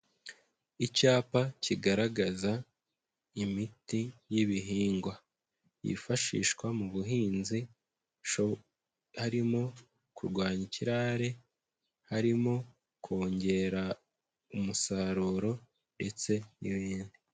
Icyapa kigaragaza imiti y'ibihingwa yifashishwa mu buhinzi. Harimo kurwanya ikirare. Harimo kongera umusaruro ndetse n'ibindi.